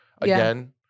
again